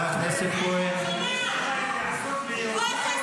אנחנו רואים מאיפה באה התמיכה בטרור.